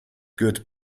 good